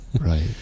right